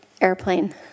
airplane